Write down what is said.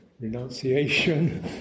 renunciation